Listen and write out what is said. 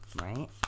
Right